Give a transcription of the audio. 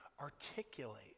articulate